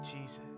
Jesus